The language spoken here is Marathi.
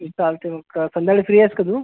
चालतंय मग संध्याकाळी फ्री आहेस का तू